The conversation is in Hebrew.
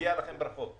ומגיע לכם על זה ברכות.